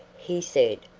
he said,